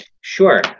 Sure